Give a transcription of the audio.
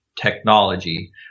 technology